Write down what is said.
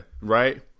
right